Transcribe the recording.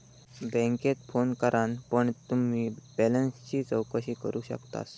बॅन्केत फोन करान पण तुम्ही बॅलेंसची चौकशी करू शकतास